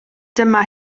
dyma